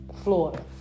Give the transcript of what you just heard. Florida